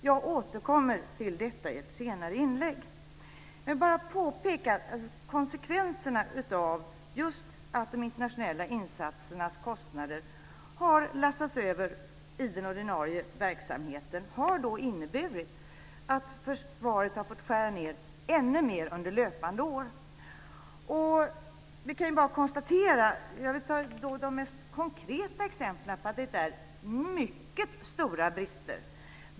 Jag återkommer till detta i ett senare inlägg. Jag vill bara påpeka att konsekvenserna av att just de internationella insatsernas kostnader har lastats över på den ordinarie verksamheten har blivit att försvaret har fått skära ned ännu mer under löpande år. Jag kan nämna de mest konkreta exemplen på att det är mycket stora brister.